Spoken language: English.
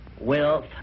wealth